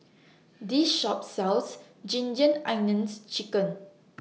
This Shop sells Ginger Onions Chicken